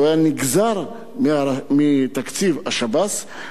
שהיה נגזר מתקציב השב"ס,